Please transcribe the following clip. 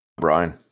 Brian